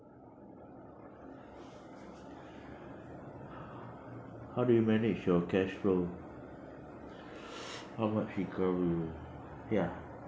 how do you manage your cashflow how much income you ya